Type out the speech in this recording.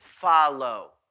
follow